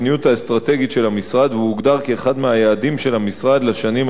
והוא הוגדר כאחד מהיעדים של המשרד לשנים 2011 2012,